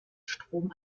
strom